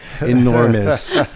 enormous